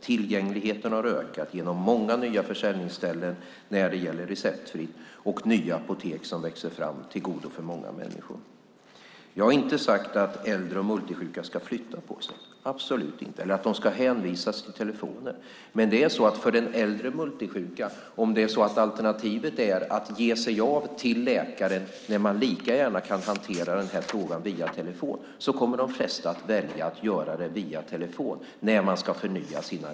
Tillgängligheten har ökat genom många nya försäljningsställen för receptfria varor och nya apotek som växer fram till godo för många människor. Jag har inte sagt att äldre och multisjuka ska flytta på sig - absolut inte. Jag har inte heller sagt att de ska hänvisas till telefonen. Men om alternativet för den äldre multisjuka är att ge sig av till läkaren när man lika gärna kan hantera den här frågan via telefon kommer de flesta att välja att förnya sina recept via telefon.